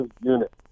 unit